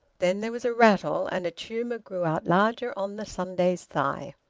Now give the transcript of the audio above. then there was a rattle, and a tumour grew out larger on the sunday's thigh.